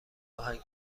آهنگ